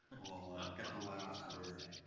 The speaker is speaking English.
will get the last and